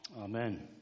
Amen